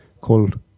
called